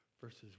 verses